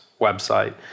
website